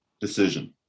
decision